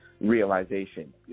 realization